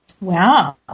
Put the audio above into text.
Wow